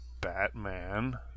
Batman